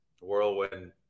whirlwind